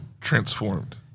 transformed